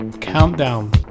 Countdown